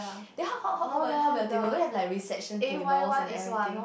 then how how how how about your table won't there be like reception tables and everything